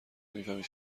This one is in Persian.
میفهمی